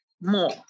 more